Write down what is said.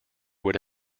would